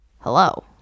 hello